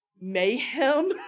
mayhem